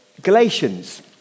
Galatians